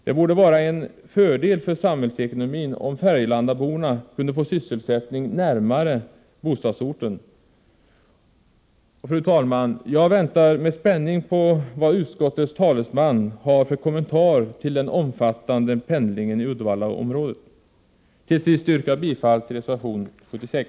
Det borde vara en fördel för samhällsekonomin om färgelandaborna kunde få sysselsättning närmare bostadsorten. Fru talman! Jag väntar med spänning på vad utskottets talesman har för kommentar till den omfattande pendlingen i Uddevallaområdet. Till sist yrkar jag bifall till reservation 76.